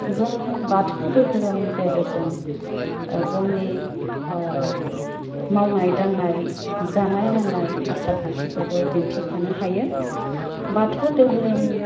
जोंनि बाथौ दोहोरोमनि गेजेरजों जोंनि मावनाय दांनाय जानाय लोंनाय आसारखान्थिखौबो दिन्थिफानो हायो बाथौ दोहोरोम